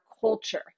culture